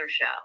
show